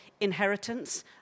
inheritance